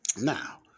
Now